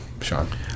Sean